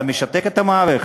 אתה משתק את המערכת.